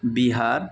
بہار